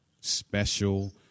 special